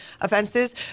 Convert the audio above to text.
offenses